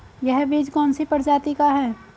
यह बीज कौन सी प्रजाति का है?